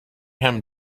him